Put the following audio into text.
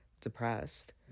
depressed